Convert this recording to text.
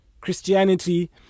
christianity